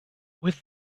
with